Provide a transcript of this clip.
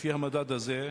לפי המדד הזה,